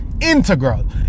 integral